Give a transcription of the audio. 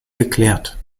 geklärt